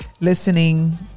listening